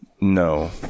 No